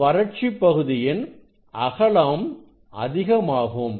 இந்த வறட்சி பகுதியின் அகலம் அதிகமாகும்